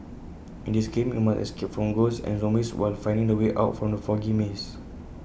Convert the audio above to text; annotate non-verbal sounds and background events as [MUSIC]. [NOISE] in this game you must escape from ghosts and zombies while finding the way out from the foggy maze